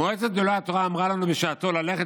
מועצת גדולי התורה אמרה לנו בשעתו ללכת